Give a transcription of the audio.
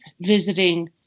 visiting